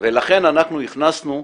ולכן אנחנו הכנסנו,